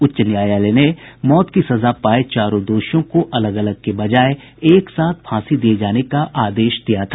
उच्च न्यायालय ने मौत की सजा पाये चारों दोषियों को अलग अलग के बजाय एक साथ फांसी दिये जाने का आदेश दिया था